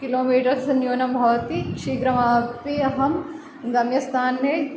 kilometres न्यूनं भवति शीघ्रमापि अहं गम्यस्ताने